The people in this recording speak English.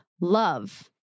love